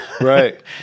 Right